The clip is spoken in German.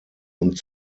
und